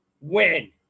Win